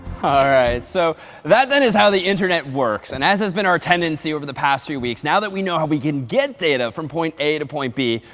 ah right, so that that is how the internet works. and as has been our tendency over the past few weeks, now that we know how we can get data from point a to point b,